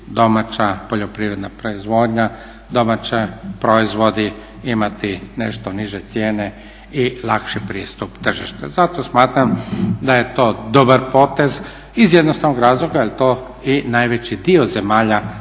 domaća poljoprivredna proizvodnja, domaći proizvodi imati nešto niže cijene i lakši pristup tržištu. Zato smatram da je to dobar potez iz jednostavnog razloga jer to i najveći dio zemalja